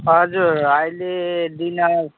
हजुर अहिले दिने